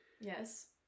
Yes